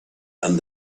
and